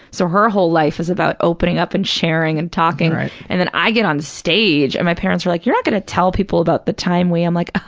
so her whole life is about opening up and sharing and talking paul right. and then i get on stage, and my parents are like, you're not going to tell people about the time we, i'm like,